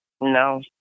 No